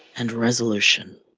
and resolution.